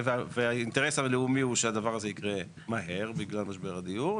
והאינטרס הלאומי הוא שהדבר הזה יקרה מהר בגלל משבר הדיור,